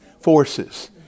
forces